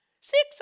Six